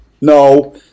no